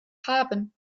haben